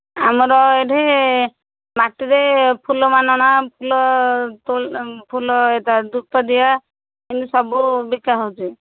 ଆମର ଏଇଠି ମାଟିରେ ଫୁଲ ମାନ ଧୂପ ଦିଆ ଏମିତି ସବୁ ବିକା ହଉଛି